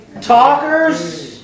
talkers